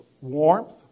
warmth